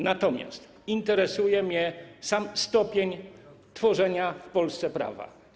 Natomiast interesuje mnie sam stopień tworzenia w Polsce prawa.